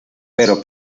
pero